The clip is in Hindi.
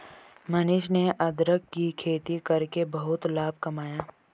मनीष ने अदरक की खेती करके बहुत लाभ कमाया